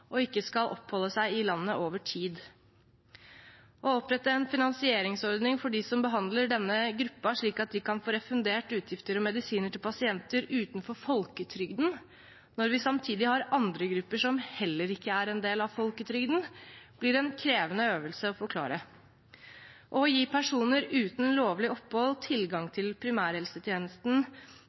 og som ikke skal oppholde seg i landet over tid. Å opprette en finansieringsordning for dem som behandler denne gruppen, slik at de kan få refundert utgifter og medisiner til pasienter utenfor folketrygden, når vi samtidig har andre grupper som heller ikke er en del av folketrygden, blir en krevende øvelse å forklare. Å gi personer uten lovlig opphold tilgang til primærhelsetjenesten